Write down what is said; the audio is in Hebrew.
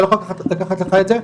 אני לא יכול לקחת לך את זה,